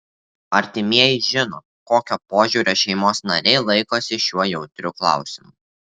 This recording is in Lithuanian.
artimieji žino kokio požiūrio šeimos nariai laikosi šiuo jautriu klausimu